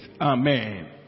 Amen